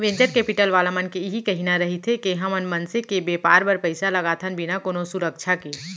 venture capital वाला मन के इही कहिना रहिथे के हमन मनसे के बेपार बर पइसा लगाथन बिना कोनो सुरक्छा के